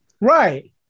Right